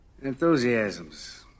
enthusiasms